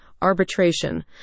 arbitration